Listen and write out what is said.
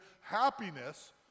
happiness